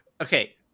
Okay